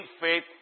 faith